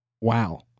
wow